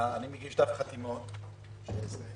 עברנו עם הנסחות אצלנו,